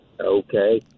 Okay